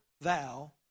thou